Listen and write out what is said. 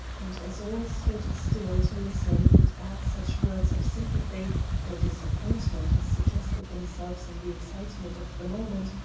and as all stood still to listen and add such words of sympathy or disappointment as suggested themselves in the excitement of the moment,